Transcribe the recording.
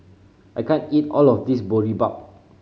I can't eat all of this Boribap